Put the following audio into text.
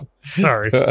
Sorry